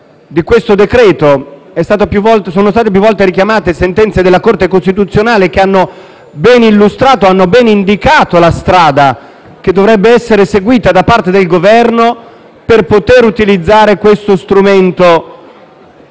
il contenuto. Sono state più volte richiamate sentenze della Corte costituzionale che hanno ben illustrato, hanno ben indicato la strada che dovrebbe essere seguita dal Governo per poter utilizzare questo strumento